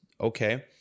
okay